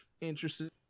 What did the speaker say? interested